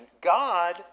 God